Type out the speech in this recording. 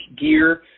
gear